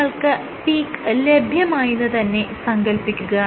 ഇനി നിങ്ങൾക്ക് പീക്ക് ലഭ്യമായെന്ന് തന്നെ സങ്കൽപ്പിക്കുക